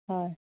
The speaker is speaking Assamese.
হয়